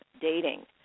dating